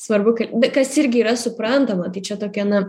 svarbu kas irgi yra suprantama tai čia tokia na